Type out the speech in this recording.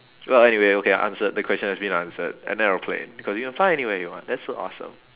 well anyway okay I answered the question has been answered an aeroplane because you can fly anywhere you want that's so awesome